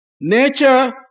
Nature